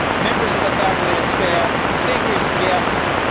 members of the faculty and staff, distinguished guests,